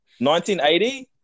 1980